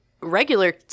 regular